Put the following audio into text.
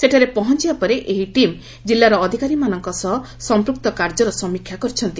ସେଠାରେ ପହଞିବା ପରେ ଏହି ଟିମ୍ ଜିଲ୍ଲାର ଅଧିକାରୀମାନଙ୍କ ସହ ସମ୍ମୂକ୍ତ କାର୍ଯ୍ୟର ସମୀକ୍ଷା କରିଛନ୍ତି